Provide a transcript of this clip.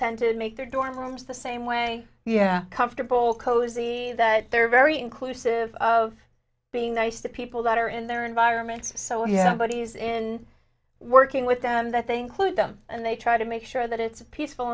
tend to make their dorm rooms the same way yeah comfortable cozy that they're very inclusive of being nice to people that are in their environments so you know bodies and working with them that they include them and they try to make sure that it's a peaceful